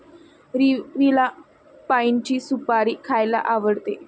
रवीला पाइनची सुपारी खायला आवडते